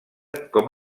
com